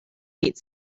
meet